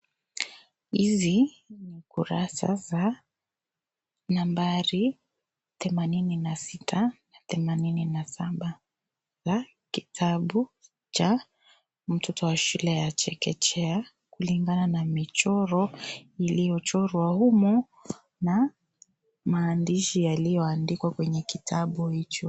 Hizi ni kurasa za nambari themanini na sita, themanini na saba za kitabu cha mtoto wa shule ya chekechea; kulingana na michoro iliyochorwa humo na maandishi yaliyoandikwa kwenye kitabu hicho.